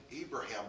Abraham